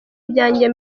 byanjye